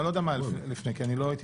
לא יודע מה היה לפני כי אני לא הייתי